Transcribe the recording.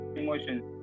emotions